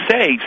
say